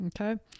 Okay